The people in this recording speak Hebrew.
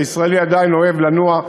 הישראלי עדיין אוהב לנוע,